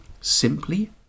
simply